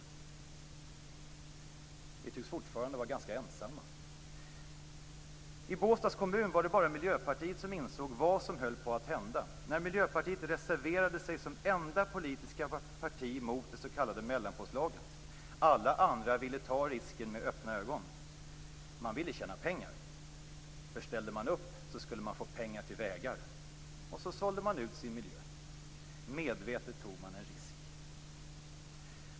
Vi i Miljöpartiet tycks fortfarande vara ganska ensamma. I Båstads kommun var det bara Miljöpartiet som insåg vad som höll på att hända när partiet som enda politiska parti reserverade sig emot det s.k. mellanpåslaget. Alla andra ville med öppna ögon ta risken. Man ville tjäna pengar. Ställde man upp, skulle man nämligen få pengar till vägar. Man sålde alltså ut sin miljö. Medvetet tog man en risk.